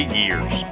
years